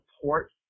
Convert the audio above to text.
support